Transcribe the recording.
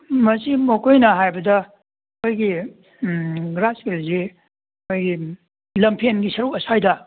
ꯃꯁꯤ ꯃꯈꯣꯏꯅ ꯍꯥꯏꯕꯗ ꯑꯩꯈꯣꯏꯒꯤ ꯒ꯭ꯔꯥꯁꯀꯤ ꯍꯧꯖꯤꯛ ꯑꯩꯈꯣꯏꯒꯤ ꯂꯝꯐꯦꯜꯒꯤ ꯁꯔꯨꯛ ꯑꯁꯋꯥꯏꯗ